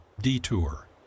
Detour